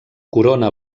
corona